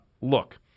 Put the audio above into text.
Look